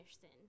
sin